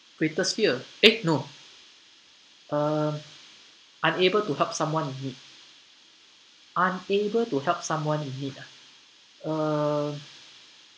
greatest fear eh no uh unable to help someone in need unable to help someone in need ah uh